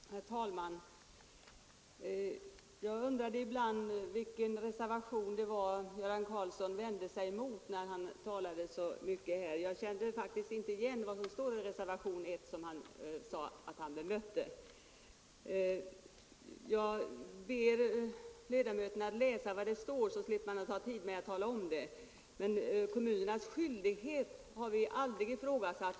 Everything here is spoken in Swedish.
Herr talman! Jag undrade ibland under herr Karlssons i Huskvarna anförande vilken reservation han vände sig mot. Jag kände faktiskt inte igen vad som står i reservationen 1, som han sade att han bemötte. Jag ber ledamöterna att läsa vad det står i reservationen 1, så slipper jag ta upp tid med att tala om det. Kommunernas skyldighet har vi aldrig ifrågasatt.